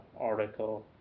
article